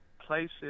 places